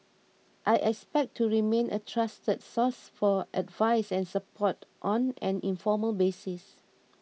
I expect to remain a trusted source for advice and support on an informal basis